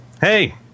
Hey